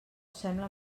sembla